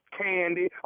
candy